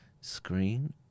screen